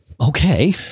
okay